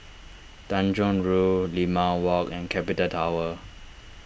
Tanjong Rhu Limau Walk and Capital Tower